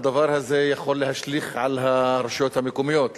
הדבר הזה יכול להשליך על הרשויות המקומיות,